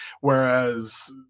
Whereas